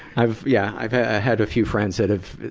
i've, yeah, i've had had a few friends that have,